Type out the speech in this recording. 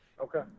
Okay